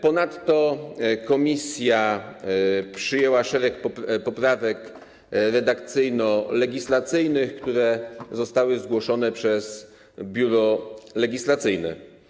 Ponadto komisja przyjęła szereg poprawek redakcyjno-legislacyjnych, które zostały zgłoszone przez Biuro Legislacyjne.